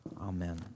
Amen